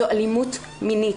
זו אלימות מינית.